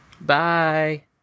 Bye